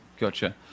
gotcha